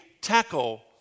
tackle